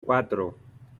cuatro